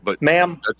Ma'am